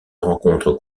rencontrent